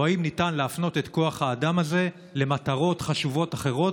אם ניתן להפנות את כוח האדם הזה למטרות חשובות אחרות,